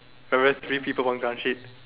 remember three people one ground sheet